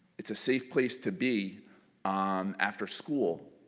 it's a safe place to be um after-school.